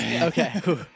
Okay